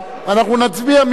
אנחנו נצביע מייד.